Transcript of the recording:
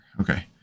Okay